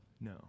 no